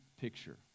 picture